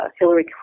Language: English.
Hillary